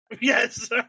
Yes